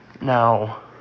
Now